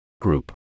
Group